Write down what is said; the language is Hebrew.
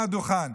זוזו מהדוכן.